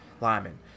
linemen